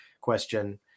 question